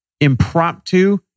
Impromptu